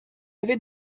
avait